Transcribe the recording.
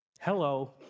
Hello